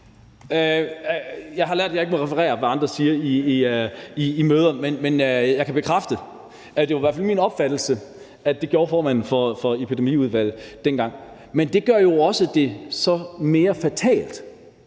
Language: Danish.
Jeg har lært, at jeg ikke må referere, hvad andre siger i møder, men jeg kan bekræfte, at det i hvert fald var min opfattelse, at det gjorde formanden for Epidemiudvalget dengang. Men det gør det jo så også mere fatalt,